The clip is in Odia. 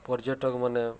ପର୍ଯ୍ୟଟକମାନେ